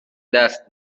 دست